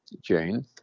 Jane